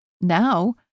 Now